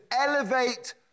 elevate